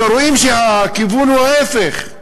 רואים דווקא שהכיוון הוא הפוך,